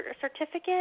certificate